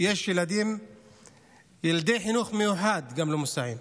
יש ילדי חינוך מיוחד שגם כן לא מוסעים.